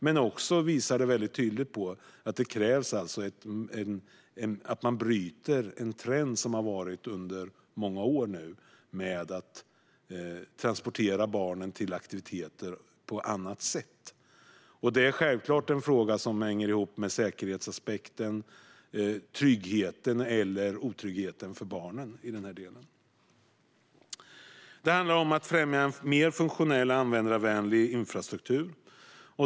De visade också tydligt att det krävs att man bryter den trend som har rått under många år att transportera barnen till aktiviteter på annat sätt, vilket självklart hänger ihop med säkerhetsaspekten och tryggheten, eller otryggheten, för barnen. Det handlar vidare om att främja en mer funktionell och användarvänlig infrastruktur.